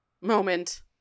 moment